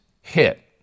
hit